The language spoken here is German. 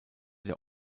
der